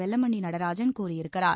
வெல்லமண்டி நடராஜன் கூறியிருக்கிறார்